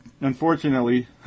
Unfortunately